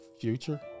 future